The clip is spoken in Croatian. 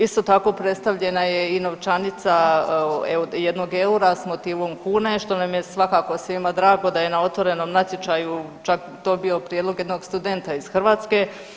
Isto tako predstavljena je i novčanica od jednog eura s motivom kune što nam je svakako svima drago da je na otvorenom natječaju čak dobio prijedlog jednog studenta iz Hrvatske.